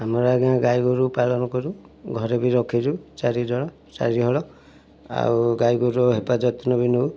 ଆମର ଆଜ୍ଞା ଗାଈ ଗୋରୁ ପାଳନ କରୁ ଘରେ ବି ରଖିଛୁ ଚାରି ଜଳ ଚାରି ହଳ ଆଉ ଗାଈ ଗୋରୁ ହେପାଜତ ବି ନଏଉ